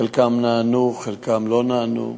חלקן נענו, חלקן לא נענו,